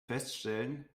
feststellen